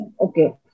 Okay